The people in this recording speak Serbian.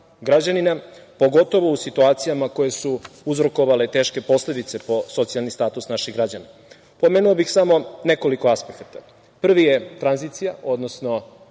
građanina, pogotovo u situacijama koje su uzrokovale teške posledice po socijalni status naših građana. Pomenuo bih samo nekoliko aspekata. Prvi je tranzicija, odnosno